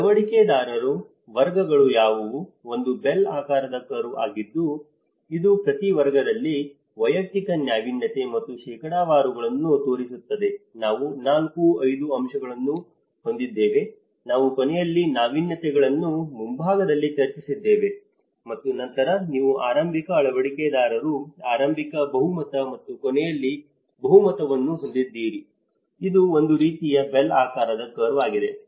ಆದ್ದರಿಂದ ಅಳವಡಿಕೆದಾರರ ವರ್ಗಗಳು ಯಾವುವು ಇದು ಬೆಲ್ ಆಕಾರದ ಕರ್ವ್ ಆಗಿದ್ದು ಇದು ಪ್ರತಿ ವರ್ಗದಲ್ಲಿ ವೈಯಕ್ತಿಕ ನಾವೀನ್ಯತೆ ಮತ್ತು ಶೇಕಡಾವಾರುಗಳನ್ನು ತೋರಿಸುತ್ತದೆ ನಾವು 4 5 ಅಂಶಗಳನ್ನು ಹೊಂದಿದ್ದೇವೆ ನಾವು ಕೊನೆಯಲ್ಲಿ ನಾವೀನ್ಯತೆಗಳನ್ನು ಮುಂಭಾಗದಲ್ಲಿ ಚರ್ಚಿಸಿದ್ದೇವೆ ಮತ್ತು ನಂತರ ನೀವು ಆರಂಭಿಕ ಅಳವಡಿಕೆದಾರರು ಆರಂಭಿಕ ಬಹುಮತ ಮತ್ತು ಕೊನೆಯಲ್ಲಿ ಬಹುಮತವನ್ನು ಹೊಂದಿದ್ದೀರಿ ಇದು ಒಂದು ರೀತಿಯ ಬೆಲ್ ಆಕಾರದ ಕರ್ವ್ ಆಗಿದೆ